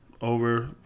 over